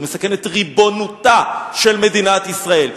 הוא מסכן את ריבונותה של מדינת ישראל.